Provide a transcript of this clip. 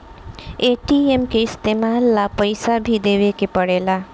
ATM के इस्तमाल ला पइसा भी देवे के पड़ेला